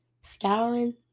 scouring